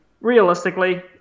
Realistically